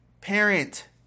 Parent